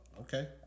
okay